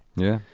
yeah.